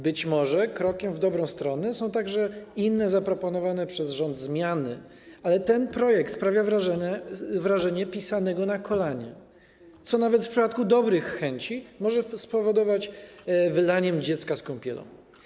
Być może krokiem w dobrą stronę są także inne zaproponowane przez rząd zmiany, ale ten projekt sprawia wrażenie pisanego na kolanie, co nawet w przypadku dobrych chęci może spowodować wylanie dziecka z kąpielą.